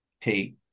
take